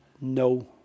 No